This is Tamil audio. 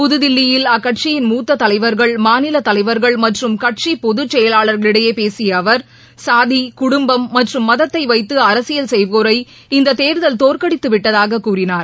புதுதில்லியில் அக்கட்சியின் கட்சிபொதுச் மூத்ததலைவர்கள் மாநிலதலைவர்கள் மற்றம் செயலாளர்களிடையேபேசியஅவர் சாதி குடும்பம் மற்றும் மதத்தைவைத்துஅரசியல் செய்வோரை இந்தத் தேர்தல் தோற்கடித்துவிட்டதாகக் கூறினார்